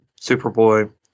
Superboy